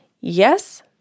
yes